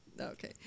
Okay